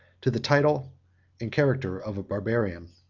to the title and character of a barbarian.